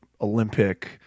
Olympic